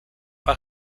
pas